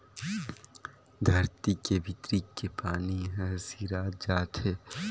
धरती के भीतरी के पानी हर सिरात जात हे